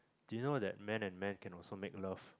you know than man and man can also make love